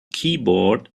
keyboard